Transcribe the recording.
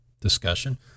discussion